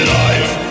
life